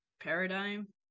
paradigm